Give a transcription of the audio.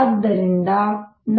ಆದ್ದರಿಂದ